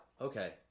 Okay